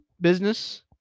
Business